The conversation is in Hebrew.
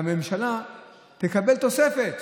והממשלה תקבל תוספת.